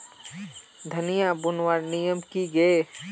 धनिया बूनवार नियम की गे?